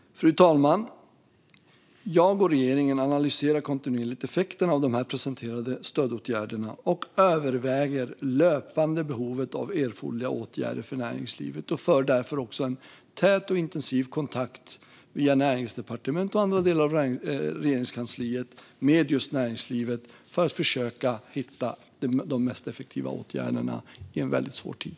Fru talman! Jag och regeringen analyserar kontinuerligt effekterna av de presenterade stödåtgärderna och överväger löpande behovet av erforderliga åtgärder för näringslivet. Vi har därför också en tät och intensiv kontakt via Näringsdepartementet och andra delar av Regeringskansliet med näringslivet för att försöka hitta de mest effektiva åtgärderna i en väldigt svår tid.